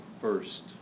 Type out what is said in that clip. first